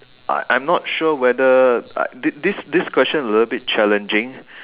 I I am not sure whether like this this question is a little bit challenging